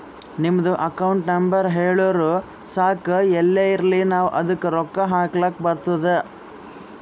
ನಿಮ್ದು account number ಹೇಳುರು ಸಾಕ್ ಎಲ್ಲೇ ಇರ್ಲಿ ನಾವೂ ಅದ್ದುಕ ರೊಕ್ಕಾ ಹಾಕ್ಲಕ್ ಬರ್ತುದ್